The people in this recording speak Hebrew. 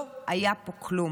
לא היה פה כלום.